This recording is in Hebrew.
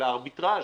של הארביטראז',